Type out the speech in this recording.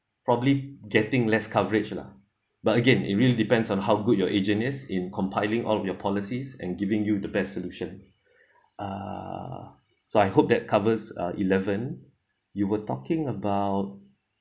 probably getting less coverage lah but again it really depends on how good your agent is in compiling all of your policies and giving you the best solution uh so I hope that covers uh eleven you were talking about